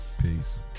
Peace